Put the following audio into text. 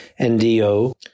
NDO